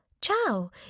Ciao